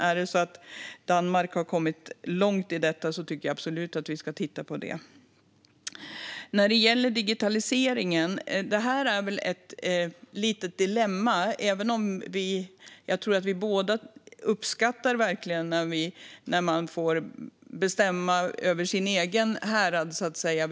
Är det så att Danmark har kommit långt med detta tycker jag absolut att vi ska titta på det. När det gäller digitaliseringen är det väl ett litet dilemma, även om jag tror att vi båda verkligen uppskattar när man får bestämma över sitt eget härad, så att säga.